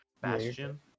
Bastion